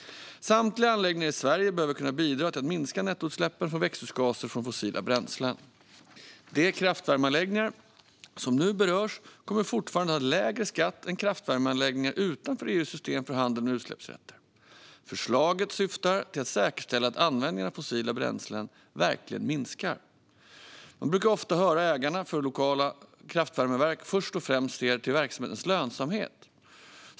Samtliga anläggningar i Sverige behöver kunna bidra till att minska nettoutsläppen av växthusgaser från fossila bränslen. De kraftvärmeanläggningar som nu berörs kommer fortfarande att ha lägre skatt än kraftvärmeanläggningar utanför EU:s system för handel med utsläppsrätter. Förslaget syftar till att säkerställa att användningen av fossila bränslen verkligen minskar. Man brukar ofta höra att ägarna av de lokala kraftvärmeverken först och främst ser till verksamhetens lönsamhet.